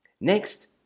Next